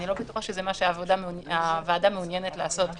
אני לא בטוחה שזה מה שהוועדה מעוניינת לעשות כאן.